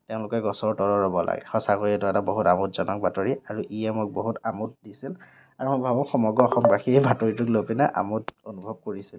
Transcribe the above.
তেওঁলোকে গছৰ তলত ৰ'ব লাগে সঁচাকৈয়ে এইটো এটা বহুত আমোদজনক বাতৰি আৰু ইয়ে মোক বহুত আমোদ দিছিল আৰু মই ভাবোঁ সমগ্ৰ অসমবাসীয়ে বাতৰিটো লৈ পিনাই আমোদ অনুভৱ কৰিছিল